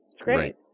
Great